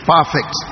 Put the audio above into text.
Perfect